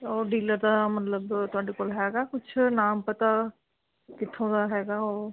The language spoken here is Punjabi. ਉਹ ਡੀਲਰ ਦਾ ਮਤਲਬ ਤੁਹਾਡੇ ਕੋਲ ਹੈਗਾ ਕੁਛ ਨਾਮ ਪਤਾ ਕਿੱਥੋਂ ਦਾ ਹੈਗਾ ਉਹ